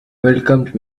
welcomed